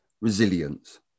resilience